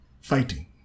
fighting